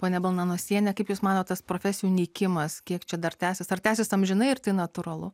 ponia balnanosienė kaip jūs manot tas profesijų nykimas kiek čia dar tęsias ar tęsias amžinai ir tai natūralu